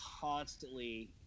constantly